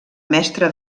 mestre